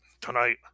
tonight